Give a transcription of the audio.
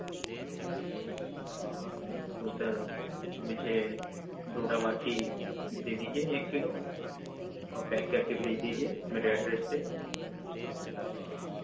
تو سر مجھے ڈوڈا برفی دے دیجیے ایک کلو اور پیک کر کے بھیج دیجیے میرے ایڈریس پہ